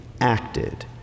acted